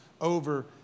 over